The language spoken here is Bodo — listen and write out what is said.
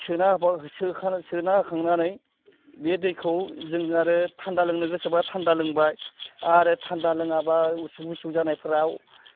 सोना होखांनानै बे दैखौ जों आरो थान्दा लोंनो गोसोबा थान्दा लोंबाय आरो थान्दा लोङाबा गुसु जानायफोराव